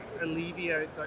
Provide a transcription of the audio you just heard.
alleviate